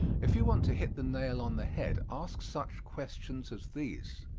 if you want to hit the nail on the head ask such questions as these.